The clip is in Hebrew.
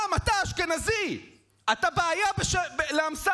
גם אתה אשכנזי, אתה בעיה לאמסלם.